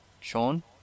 Sean